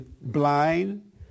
blind